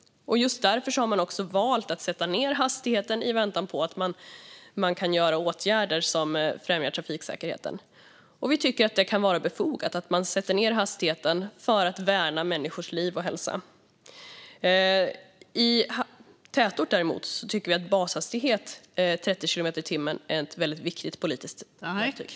Just därför har man valt att sätta ned hastigheten i väntan på att kunna vidta åtgärder som främjar trafiksäkerheten. Vi tycker att det kan vara befogat att man sätter ned hastigheten för att värna människors liv och hälsa. I tätort, däremot, tycker vi att en bashastighet på 30 kilometer i timmen är ett viktigt politiskt verktyg.